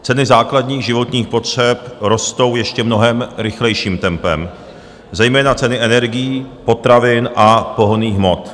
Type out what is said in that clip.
Ceny základních životních potřeb rostou ještě mnohem rychlejším tempem, zejména ceny energií, potravin a pohonných hmot.